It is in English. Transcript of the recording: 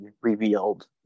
revealed